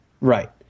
Right